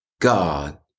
God